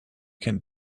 can